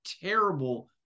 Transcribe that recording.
terrible